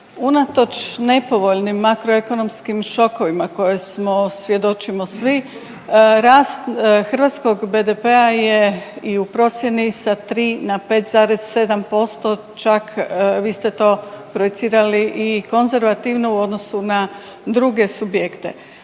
unatoč nepovoljnim makroekonomskim šokovima koje smo svjedočimo svi, rast hrvatskog BDP-a je i u procjeni sa 3 na 5,7% čak vi ste to projicirali i konzervativno u odnosu na druge subjekte.